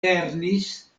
lernis